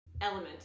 element